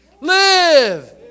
live